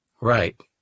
Right